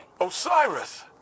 Osiris